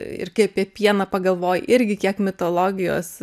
ir kai apie pieną pagalvoji irgi kiek mitologijos